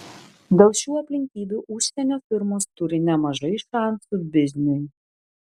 dėl šių aplinkybių užsienio firmos turi nemažai šansų bizniui